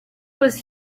was